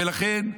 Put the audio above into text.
ולכן,